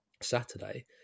Saturday